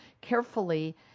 carefully